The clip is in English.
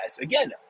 Again